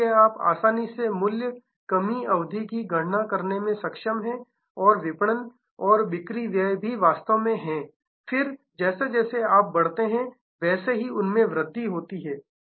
इसलिए आप आसानी से मूल्य कमी अवधि की गणना करने में सक्षम हैं और विपणन और बिक्री व्यय भी वास्तव में हैं फिर जैसे जैसे आप बढ़ते हैं वैसे ही उनमें भी वृद्धि होती हैं